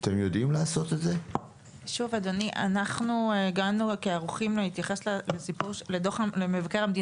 אני מתנצל בפני אלה שקיבלו הודעה על דחייה